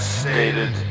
stated